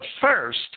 first